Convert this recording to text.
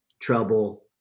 trouble